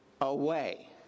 away